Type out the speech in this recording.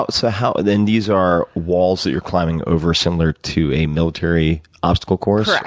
so, how ah then these are walls that you're climbing over, similar to a military obstacle course?